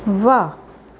वाह